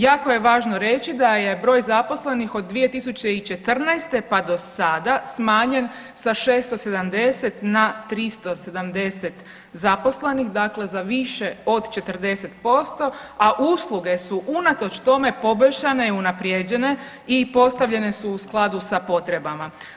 Jako je važno reći da je broj zaposlenih od 2014. pa do sada smanjen sa 670 na 370 zaposlenih, dakle za više od 40% a usluge su unatoč tome poboljšane i unaprijeđene i postavljene su u skladu sa potrebama.